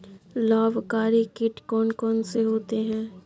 लाभकारी कीट कौन कौन से होते हैं?